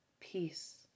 peace